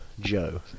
Joe